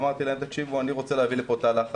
אמרתי להם 'אני רוצה להביא לכאן תא לחץ,